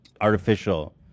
artificial